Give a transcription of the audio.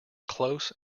close